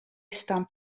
stamp